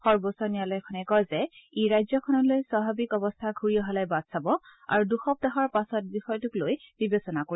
সৰ্বোচ্চ ন্যায়ালয়ে কয় যে ই ৰাজ্যখনলৈ স্বাভাৱিক অৱস্থা ঘূৰি অহালৈ বাট চাব আৰু দুসপ্তাহৰ পাছত বিষয়টো লৈ বিবেচনা কৰিব